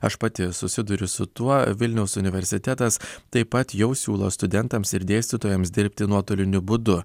aš pati susiduriu su tuo vilniaus universitetas taip pat jau siūlo studentams ir dėstytojams dirbti nuotoliniu būdu